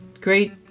great